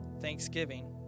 thanksgiving